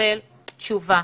לקבל תשובה.